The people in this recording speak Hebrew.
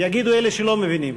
יגידו אלה שלא מבינים.